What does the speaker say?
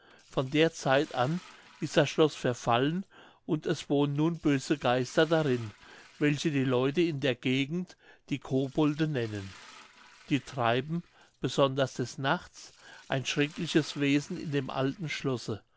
von der zeit an ist das schloß verfallen und es wohnen nun böse geister darin welche die leute in der gegend die kobolde nennen die treiben besonders des nachts ein schreckliches wesen in dem alten schlosse